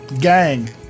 Gang